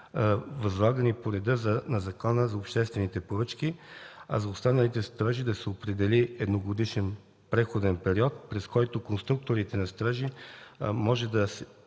възлагани по реда на Закона за обществените поръчки, а за останалите строежи да се определи едногодишен преходен период, през който конструкциите на строежи могат да се